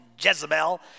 Jezebel